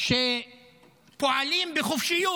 שפועלים בחופשיות.